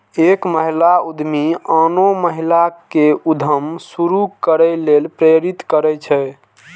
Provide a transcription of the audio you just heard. एक महिला उद्यमी आनो महिला कें उद्यम शुरू करै लेल प्रेरित करै छै